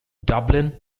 dublin